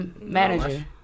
manager